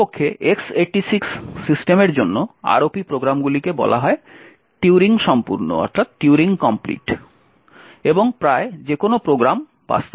প্রকৃতপক্ষে X86 সিস্টেমের জন্য ROP প্রোগ্রামগুলিকে বলা হয় টিউরিং সম্পূর্ণ এবং প্রায় যেকোনো প্রোগ্রাম বাস্তবায়ন করতে পারে